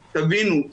תבינו,